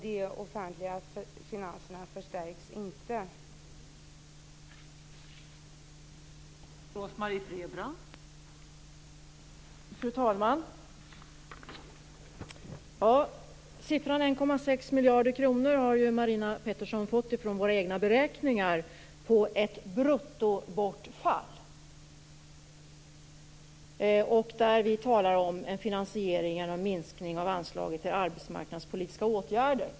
De offentliga finanserna förstärks inte heller.